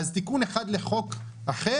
אז תיקון אחד לחוק אחר,